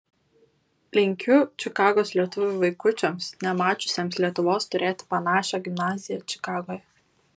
linkiu čikagos lietuvių vaikučiams nemačiusiems lietuvos turėti panašią gimnaziją čikagoje